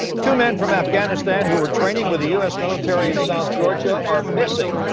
two men from afghanistan who were training with the u s. military in south georgia are missing.